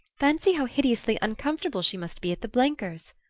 fancy how hideously uncomfortable she must be at the blenkers'!